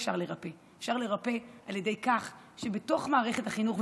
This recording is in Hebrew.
אפשר לרפא על ידי כך שבתוך מערכת החינוך,